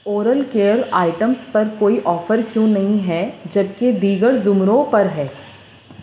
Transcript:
oral care items پر کوئی offer کیوں نہیں ہے جب کہ دیگر زمروں پر ہے